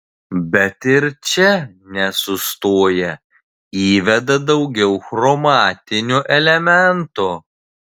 bet ir čia nesustoja įveda daugiau chromatinio elemento